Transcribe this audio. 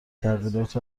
تغییرات